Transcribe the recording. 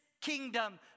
kingdom